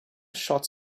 shots